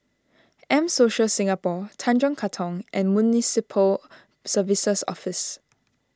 M Social Singapore Tanjong Katong and Municipal Services Office